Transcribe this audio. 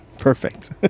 perfect